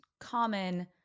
common